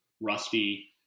rusty